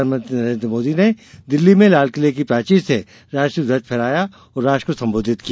प्रधानमंत्री नरेन्द्र मोदी ने दिल्ली में लालकिले के प्राचीर से राष्ट्रीय ध्वज फहराया और राष्ट्र को संबोधित किया